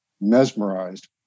mesmerized